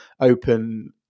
open